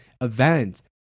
event